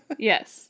Yes